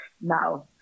now